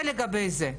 זה לגבי זה.